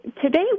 today